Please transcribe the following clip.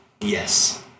Yes